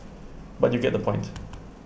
but you get the point